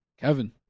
Kevin